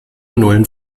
nullen